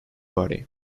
body